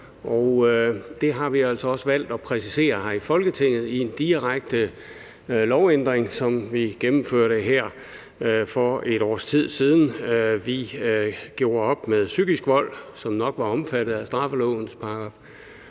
Det har vi altså også valgt at præcisere her i Folketinget i en direkte lovændring, som vi gennemførte for et års tid siden. Vi gjorde op med psykisk vold, som nok var omfattet af straffelovens §